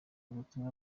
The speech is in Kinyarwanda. ubutumwa